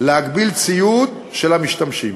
להגביל ציוד של המשתמשים.